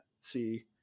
see